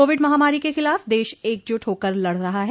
Covid महामारी के ख़िलाफ़ देश एकजुट होकर लड़ रहा है